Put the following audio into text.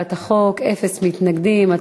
ההצעה להעביר את הצעת חוק זכויות הדייר בדיור הציבורי (תיקון מס' 5)